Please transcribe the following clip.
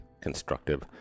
constructive